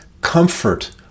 Comfort